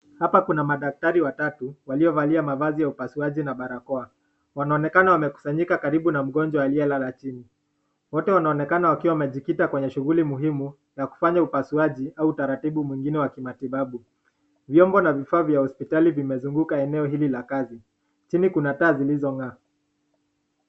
Hapa kuna madaktari watatu waliovalia mavazi ya upasuaji na barakoa. Wanaonekana wamekusanyika karibu na mgonjwa aliyelala chini. Wote wanaonekana wakiwa wamejikita kwenye shughuli muhimu ya kufanya upasuaji au utaratibu mwingine wa kimatibabu. Vyombo na vifaa vya hospitali vimezunguka eneo hili la kazi, chini kuna taa zilizong'aa